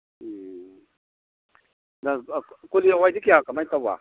ꯎꯝ ꯀꯣꯂꯤ ꯍꯋꯥꯏꯗꯤ ꯀꯌꯥ ꯀꯃꯥꯏ ꯇꯧꯕ